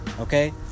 Okay